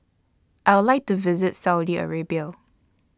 I Would like to visit Saudi Arabia